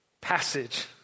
passage